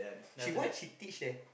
she what she teach there